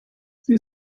sie